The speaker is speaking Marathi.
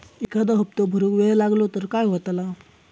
एखादो हप्तो भरुक वेळ लागलो तर काय होतला?